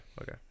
Okay